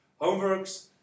Homeworks